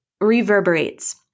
reverberates